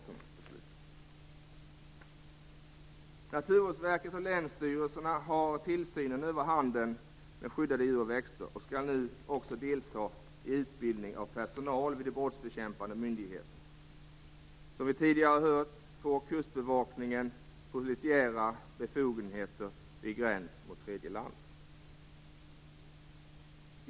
Naturvårdsverket och länsstyrelserna har tillsynen över handeln med skyddade djur och växter och skall nu också delta i utbildning av personal vid de brottsbekämpande myndigheterna. Som vi tidigare har hört får Kustbevakningen polisiära befogenheter vid gräns mot tredje land.